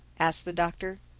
asked the doctor.